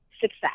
success